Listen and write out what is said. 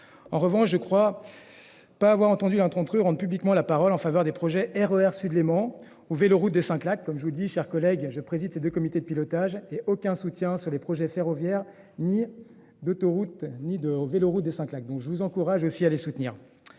en revanche je ne crois. Pas avoir entendu la tromperie rende publiquement la parole en faveur des projets. RER Sud-Léman ou vélo route des cinq lacs comme je vous dis, chers collègues, je préside ces 2 comités de pilotage et aucun soutien sur les projets ferroviaires ni d'autoroute ni de en vélo des saints. Donc je vous encourage aussi à les soutenir.